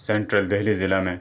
central Delhi ضلع میں